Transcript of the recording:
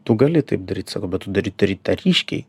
tu gali taip daryt sako bet tu duri daryt tą ryškiai